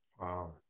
wow